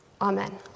Amen